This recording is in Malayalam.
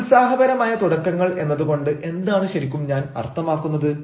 നിരുത്സാഹപരമായ തുടക്കങ്ങൾ എന്നതുകൊണ്ട് എന്താണ് ശരിക്കും ഞാൻ അർത്ഥമാക്കുന്നത്